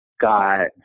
got